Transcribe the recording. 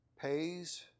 pays